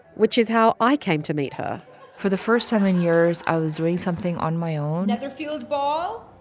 which is how i came to meet her for the first time in years, i was doing something on my own netherfield ball,